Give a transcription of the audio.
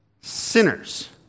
sinners